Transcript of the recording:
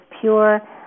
pure